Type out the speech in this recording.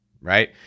Right